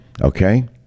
okay